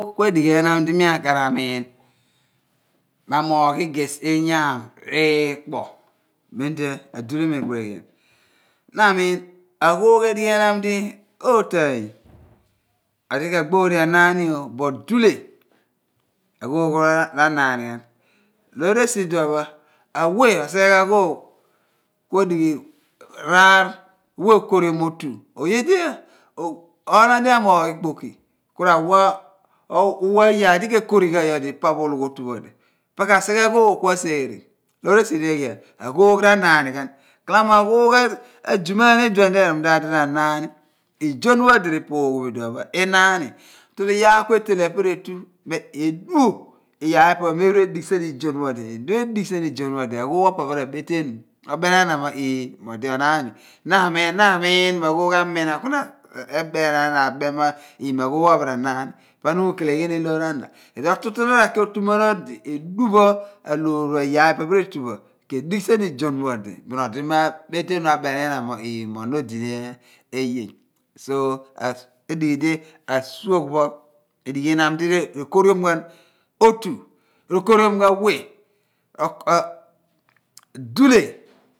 Kua dighi anaam di mi a kaarba miin mo a moogh igey imyaam. riikpo mem di aduleh meeghuu lo ghom. Na amiin, a ghoogh a dighi enaam di ootaany odi kapoon anaam oo kuolo dulhe a/ghoogh ra naanighan. Loor esi idon, pho a we ro sighe ghan ghoogh kuodighinoom ikpoki kurawha iyaar lho ke korighan nyodi, pho ka sighe ghoogh kua seerhe pa otu pho, loor esi di aghoogh ranaani ghan ghala mo alghoogh azumaan ni, izhoon phọ odi ephọghoo-ghoo bo inaani bin iyaar lo etele epe kuretu edu iyaar pho epe pho mee phuur edigh pa izhoon pho odi bin agboogh pho a po pho ma meeteenu obeni ana mo odi onaani. Na amiin mo a ghoogh pho o pọ pho ra naan ni ku na a/ghi a tuumaạn pọ nuulceleghinibin loor a na. Tu tu tu na ra/khi otuman odi bin eḏu iyaar pho epe pho me puur edigh izuhoon phoodi bin odi ma betenu a ḇeni nyina mo odi onneeyhe kuidighi ku a suugh pho edighi enaam di rokoriom gham we bele ro/otu.